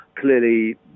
Clearly